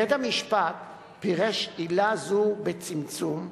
בית-המשפט פירש עילה זו בצמצום,